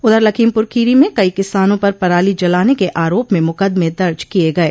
उधर लखीमपुर खीरी में कई किसानों पर पराली जलाने के आरोप में मुकदमे दर्ज किये गये